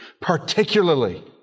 Particularly